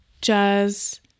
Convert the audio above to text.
jazz